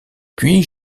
puis